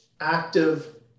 active